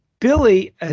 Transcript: Billy